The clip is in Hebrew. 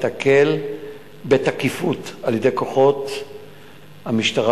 ייתקל בתקיפות על-ידי כוחות המשטרה,